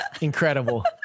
Incredible